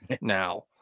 Now